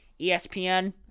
ESPN